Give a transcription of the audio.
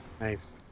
nice